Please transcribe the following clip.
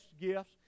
gifts